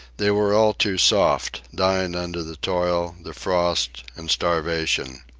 they were all too soft, dying under the toil, the frost, and starvation.